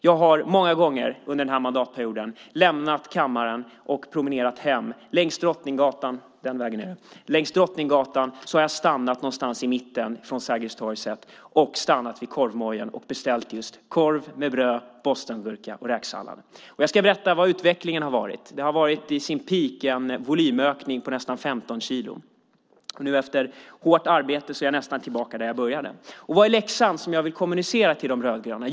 Jag har många gånger under den här mandatperioden lämnat kammaren och promenerat hem. Längs Drottninggatan har jag stannat någonstans i mitten från Sergels torg sett vid korvmojen och beställt just korv med bröd, bostongurka och räksallad. Jag ska berätta vad utvecklingen har varit. Det har varit i sin peak en volymökning på 15 kilo. Nu efter hårt arbete är jag nästan tillbaka där jag började. Vad är läxan som jag vill kommunicera till de rödgröna?